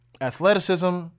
athleticism